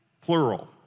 plural